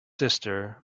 sister